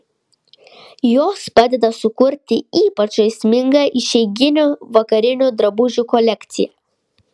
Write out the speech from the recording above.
jos padeda sukurti ypač žaismingą išeiginių vakarinių drabužių kolekciją